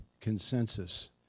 consensus